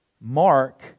Mark